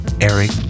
Eric